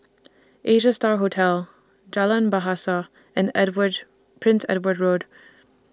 Asia STAR Hotel Jalan Bahasa and Edward Prince Edward Road